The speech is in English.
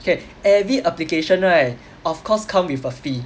okay every application right of course come with a fee